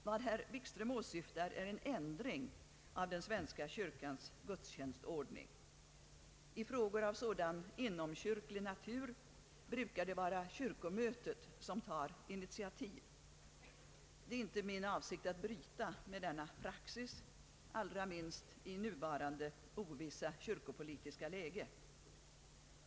Vad herr Wikström åsyftar är en ändring av den svenska kyrkans gudstjänstordning. I frågor av sådan inomkyrklig natur brukar det vara kyrkomötet som tar initiativ. Det är inte min avsikt att bryta med denna praxis, allra minst i nuvarande ovissa kyrkopolitiska läge.